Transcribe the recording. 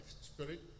Spirit